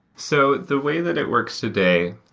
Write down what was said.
so the way that it works today,